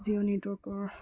জিঅ' নেটৱৰ্কৰ